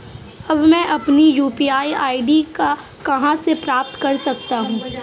अब मैं अपनी यू.पी.आई आई.डी कहां से प्राप्त कर सकता हूं?